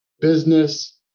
business